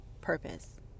purpose